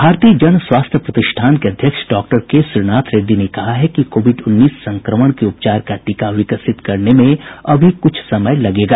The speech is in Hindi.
भारतीय जन स्वास्थ्य प्रतिष्ठान के अध्यक्ष डॉक्टर के श्रीनाथ रेड्डी ने कहा है कि कोविड उन्नीस संक्रमण के उपचार का टीका विकसित करने में अभी कुछ समय लगेगा